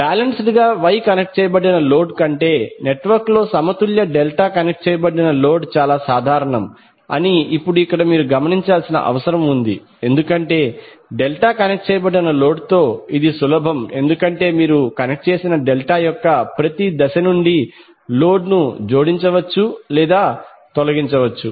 balanced గా Y connect చేయబడిన load కంటే నెట్వర్క్లో సమతుల్య డెల్టా కనెక్ట్ చేయబడిన లోడ్ చాలా సాధారణం అని ఇప్పుడు ఇక్కడ గమనించాల్సిన అవసరం ఉంది ఎందుకంటే డెల్టా కనెక్ట్ చేయబడిన లోడ్ తో ఇది సులభం ఎందుకంటే మీరు కనెక్ట్ చేసిన డెల్టా యొక్క ప్రతి దశ నుండి లోడ్ ను జోడించవచ్చు లేదా తొలగించవచ్చు